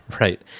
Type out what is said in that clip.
right